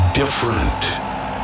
different